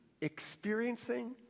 experiencing